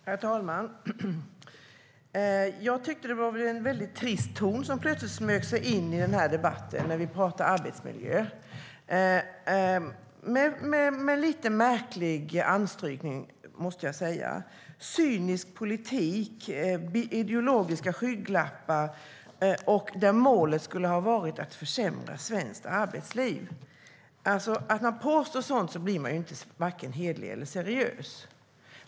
Herr talman! Jag tyckte att det var en väldigt trist ton som plötsligt smög sig in i debatten om arbetsmiljö och dessutom med en lite märklig anstrykning. Det talades om cynisk politik, ideologiska skygglappar och att målet skulle ha varit att försämra svenskt arbetsliv. När man påstår något sådant är man varken hederlig eller seriös.